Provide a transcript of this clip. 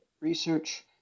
research